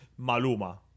Maluma